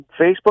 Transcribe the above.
Facebook